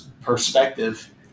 perspective